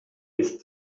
his